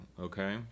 okay